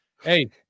Hey